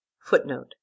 footnote